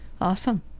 Awesome